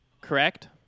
correct